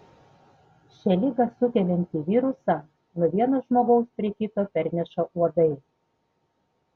šią ligą sukeliantį virusą nuo vieno žmogaus prie kito perneša uodai